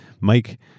Mike